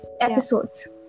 episodes